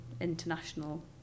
international